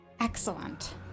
Excellent